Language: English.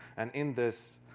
and in this,